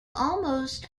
almost